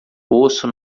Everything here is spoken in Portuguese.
poço